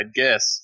guess